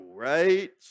right